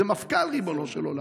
זה מפכ"ל, ריבונו של עולם.